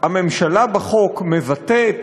הממשלה בחוק מבטאת